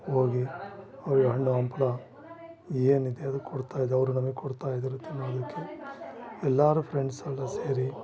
ಹೋಗಿ ಅವ್ರು ಹಣ್ಣು ಹಂಪಲ ಏನು ಇದೆ ಅದು ಕೊಡ್ತಾ ಇದೆ ಅವರು ನಮಗೆ ಕೊಡ್ತಾ ಇದ್ರು ತಿನ್ನೋದಕ್ಕೆ ಎಲ್ಲರು ಫ್ರೆಂಡ್ಸ್ ಎಲ್ಲ ಸೇರಿ